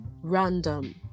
random